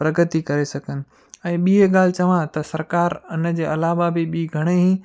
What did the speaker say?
प्रगति करे सघनि ऐं ॿिए ॻाल्हि चवां त सरकारु इन जे अलावा बि घणेई